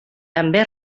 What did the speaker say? també